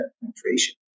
penetration